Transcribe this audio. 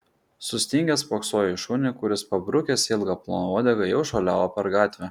sustingęs spoksojo į šunį kuris pabrukęs ilgą ploną uodegą jau šuoliavo per gatvę